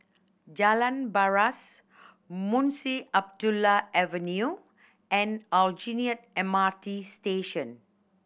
Jalan Paras Munshi Abdullah Avenue and Aljunied M R T Station